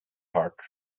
heart